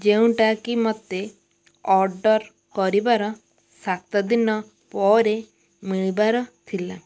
ଯେଉଁଟାକି ମୋତେ ଅର୍ଡ଼ର୍ କରିବାର ସାତ ଦିନ ପରେ ମିଳିବାର ଥିଲା